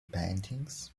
paintings